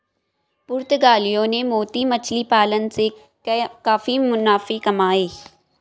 पुर्तगालियों ने मोती मछली पालन से काफी मुनाफे कमाए